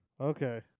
Okay